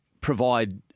provide